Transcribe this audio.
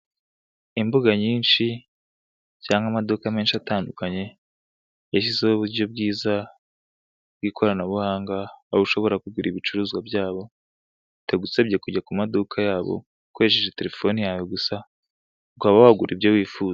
Imbuga nyinshi cyangwa amaduka menshi atandukanye yashyizeho uburyo bwiza bw'ikoranabuhanga aho ushobora kugura ibicuruzwa byabo bitagusabye kujya kumaduka yabo, ukoresheje telefone yawe gusa ukaba wagura ibyo wifuza.